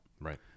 right